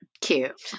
cute